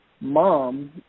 mom